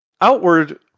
outward